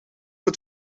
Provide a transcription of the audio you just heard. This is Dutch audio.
het